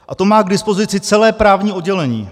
A to má k dispozici celé právní oddělení.